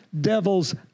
devils